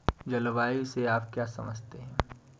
जलवायु से आप क्या समझते हैं?